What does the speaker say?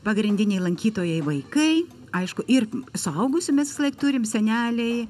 pagrindiniai lankytojai vaikai aišku ir suaugusių mes visąlaik turim seneliai